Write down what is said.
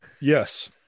Yes